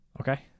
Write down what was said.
okay